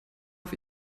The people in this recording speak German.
auf